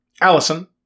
Allison